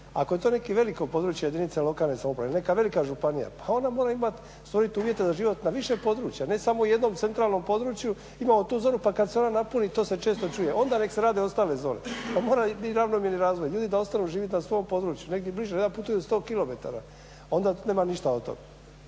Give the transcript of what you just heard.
Ako je toliko veliko područje jedinica lokalne samouprave, neka velika županija pa onda mora imati, stvoriti uvjete za život na više područja ne samo u jednom centralnom području, imamo tu zonu pa kad se ona napunit, to se često čuje, onda nek' se rade ostale zone. Pa mora biti ravnomjerni razvoja, ljudi da ostanu živjeti na svom području, negdje bliže. Ja putujem 100 kilometara, onda nema ništa od toga.